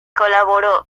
colaboró